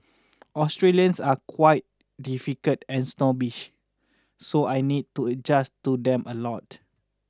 Australians are quite difficult and snobbish so I need to adjust to them a lot